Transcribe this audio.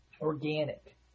organic